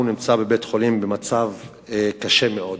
הוא בבית-חולים במצב קשה מאוד.